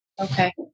Okay